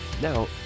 Now